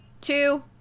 two